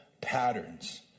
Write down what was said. patterns